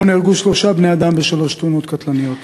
נהרגו בו שלושה בני-אדם בשלוש תאונות קטלניות: